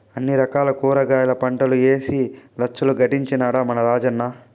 అన్ని రకాల కూరగాయల పంటలూ ఏసి లచ్చలు గడించినాడ మన రాజన్న